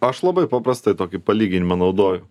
aš labai paprastai tokį palyginimą naudoju